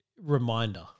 reminder